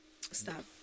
Stop